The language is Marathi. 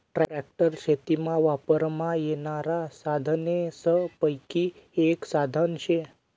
ट्रॅक्टर शेतीमा वापरमा येनारा साधनेसपैकी एक साधन शे